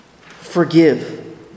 forgive